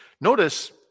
Notice